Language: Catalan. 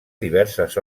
diverses